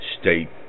State